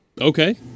Okay